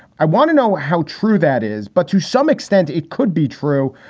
i want to know how true that is, but to some extent it could be true.